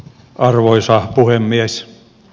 arvoisa puhemies